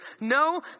No